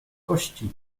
kości